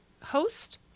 host